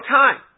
time